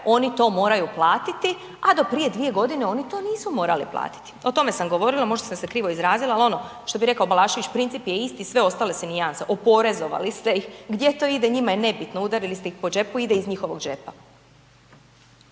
oni to moraju platiti a do prije 2 g. oni to nisu morali platiti, o tome sam govorila, možda sam se krivo izrazila ali ono što bi rekao Balašević „princip je isti, sve su ostalo nijanse“, oporezovali ste ih, gdje to ide, njima je nebitno, udarili ste ih po džepu, ide iz njihovog džepa.